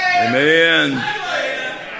Amen